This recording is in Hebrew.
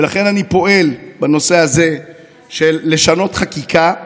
ולכן אני פועל בנושא הזה לשנות חקיקה.